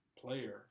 player